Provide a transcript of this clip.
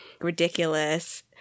ridiculous